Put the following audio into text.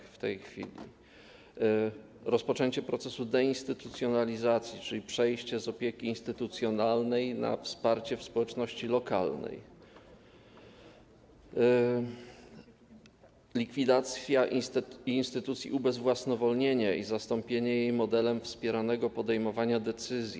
Wspomnę też o rozpoczęciu procesu deinstytucjonalizacji, czyli przejścia z opieki instytucjonalnej na wsparcie w społeczności lokalnej oraz o likwidacji instytucji ubezwłasnowolnienia i zastąpieniu jej modelem wspieranego podejmowania decyzji.